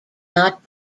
not